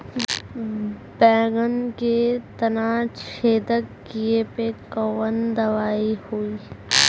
बैगन के तना छेदक कियेपे कवन दवाई होई?